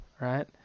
right